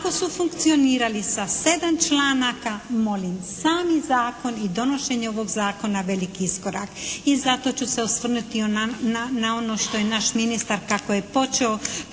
ako su funkcionirali sa sedam članaka molim sami zakon i donošenje ovog zakona velik iskorak i zato ću se osvrnuti na ono što je naš ministar kako je počeo